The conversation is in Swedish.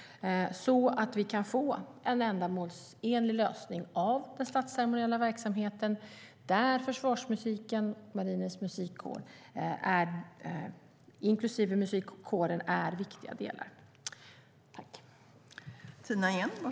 Det handlar om att få en ändamålsenlig lösning för den statsceremoniella verksamheten, där försvarsmusiken med sina musikkårer - däribland Marinens Musikkår - är viktiga delar.